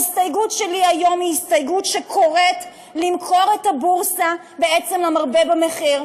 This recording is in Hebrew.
ההסתייגות שלי היום קוראת למכור את הבורסה בעצם למרבה במחיר,